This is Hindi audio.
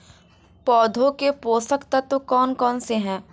पौधों के पोषक तत्व कौन कौन से हैं?